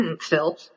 Phil